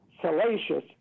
salacious